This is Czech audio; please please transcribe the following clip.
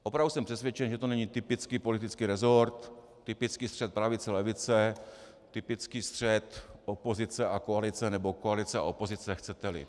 Opravdu jsem přesvědčen, že to není typický politický resort, typický střet pravicelevice, typický střet opozice a koalice nebo koalice a opozice, chceteli.